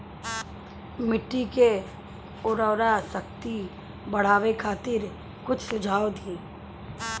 मिट्टी के उर्वरा शक्ति बढ़ावे खातिर कुछ सुझाव दी?